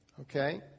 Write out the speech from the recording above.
Okay